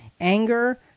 Anger